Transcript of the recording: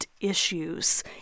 issues